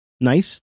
nice